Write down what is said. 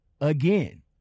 again